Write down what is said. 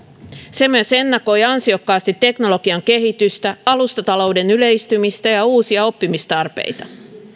se myös ennakoi ansiokkaasti teknologian kehitystä alustatalouden yleistymistä ja uusia oppimistarpeita